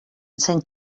cent